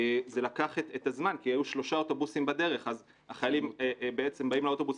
זה לקח את הזמן כי היו שלושה אוטובוסים בדרך אז החילים באים לאוטובוס